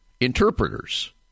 interpreters